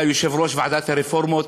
היה יושב-ראש ועדת הרפורמות.